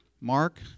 Mark